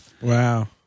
Wow